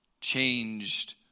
changed